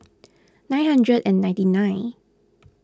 nine hundred and ninety nine